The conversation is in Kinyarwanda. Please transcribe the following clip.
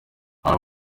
aba